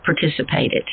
participated